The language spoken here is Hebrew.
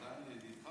הוא עדיין ידידך?